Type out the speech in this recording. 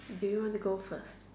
do you want to go first